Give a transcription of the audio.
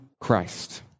Christ